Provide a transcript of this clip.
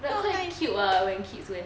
but quite cute ah when kids wear